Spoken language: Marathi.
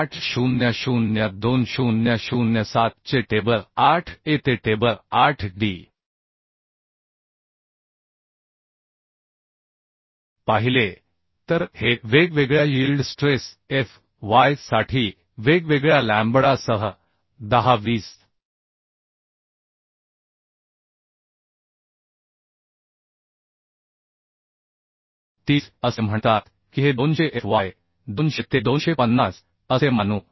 800 2007 चे टेबल 8 ए ते टेबल 8 डी पाहिले तर हे वेगवेगळ्या यील्ड स्ट्रेस Fyसाठी वेगवेगळ्या लॅम्बडासह 10 20 30 असे म्हणतात की हे 200 Fy 200 ते 250 असे मानू